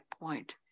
point